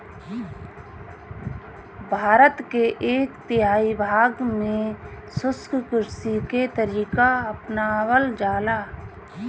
भारत के एक तिहाई भाग में शुष्क कृषि के तरीका अपनावल जाला